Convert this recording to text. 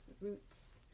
roots